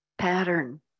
Pattern